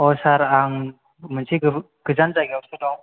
सार आं मोनसे गो गोजान जायगायावसो दं